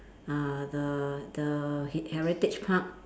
uh the the he~ Heritage Park